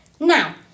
now